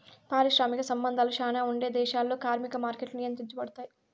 పారిశ్రామిక సంబంధాలు శ్యానా ఉండే దేశాల్లో కార్మిక మార్కెట్లు నియంత్రించబడుతాయి